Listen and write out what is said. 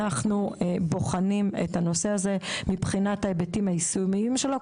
אנחנו בוחנים את הנושא הזה מבחינת ההיבטים היישומים שלו,